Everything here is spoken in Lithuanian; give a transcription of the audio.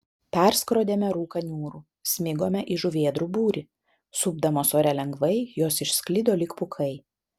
perskrodėme rūką niūrų smigome į žuvėdrų būrį supdamos ore lengvai jos išsklido lyg pūkai